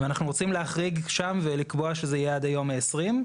ואנחנו רוצים להחריג שם ולקבוע שזה יהיה עד היום ה-20,